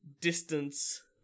distance